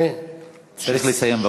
צריך לסיים.